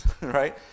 right